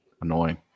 annoying